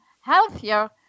healthier